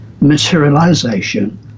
Materialization